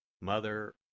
Mother